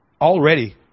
already